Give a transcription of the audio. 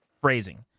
phrasing